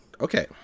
Okay